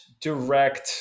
direct